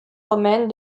romaines